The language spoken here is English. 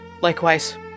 Likewise